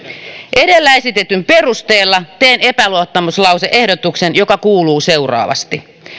edellä esitetyn perusteella teen epäluottamuslause ehdotuksen joka kuuluu seuraavasti